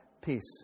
peace